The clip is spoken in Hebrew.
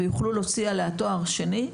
ויוכלו להוציא עליה תואר שני.